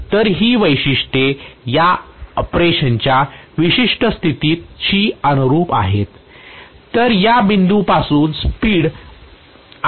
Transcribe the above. तर हि वैशिष्ट्ये या ऑपरेशनच्या विशिष्ट स्थितीशी अनुरूप आहेत